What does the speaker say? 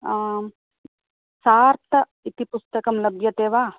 shirt इति पुस्तकं लभ्यते वा